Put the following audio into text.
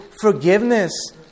forgiveness